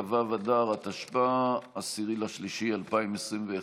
כ"ו באדר התשפ"א (10 במרץ 2021)